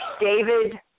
David